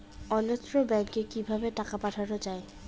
অন্যত্র ব্যংকে কিভাবে টাকা পাঠানো য়ায়?